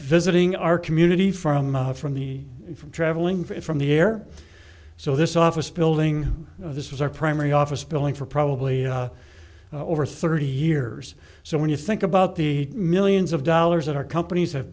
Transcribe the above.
visiting our community from from the from traveling for it from the air so this office building this was our primary office building for probably over thirty years so when you think about the millions of dollars that our companies have